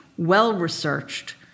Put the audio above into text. Well-researched